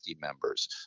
members